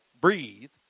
breathe